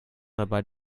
dabei